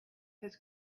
his